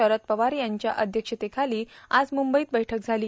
शरद पवार यांच्या अध्यक्षतेखाली आज म्ंबईत बैठक झाली